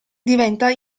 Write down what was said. diventa